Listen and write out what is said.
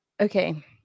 Okay